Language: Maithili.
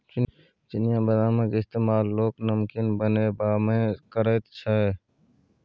चिनियाबदामक इस्तेमाल लोक नमकीन बनेबामे करैत छै